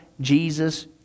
Jesus